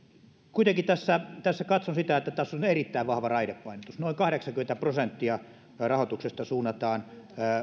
kuitenkin tässä tässä katson sitä että tässä on erittäin vahva raidepainotus noin kahdeksankymmentä prosenttia rahoituksesta suunnataan